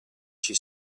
she